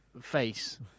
face